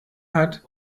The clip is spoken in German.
hat